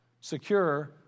secure